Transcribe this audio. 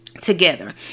together